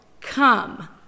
come